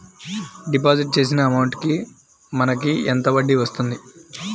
Deposit చేసిన amount కి మనకి ఎంత వడ్డీ వస్తుంది?